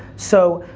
so,